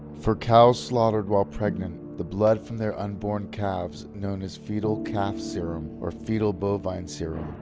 for cows slaughtered while pregnant, the blood from their unborn calves, known as fetal calf serum or fetal bovine serum,